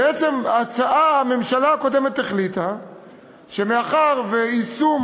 בעצם הממשלה הקודמת החליטה שמאחר שיישום